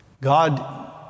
God